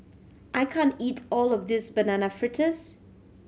I can't eat all of this Banana Fritters